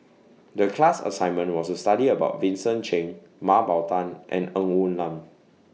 The class assignment was to study about Vincent Cheng Mah Bow Tan and Ng Woon Lam